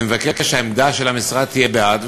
אני מבקש שהעמדה של המשרד תהיה בעד,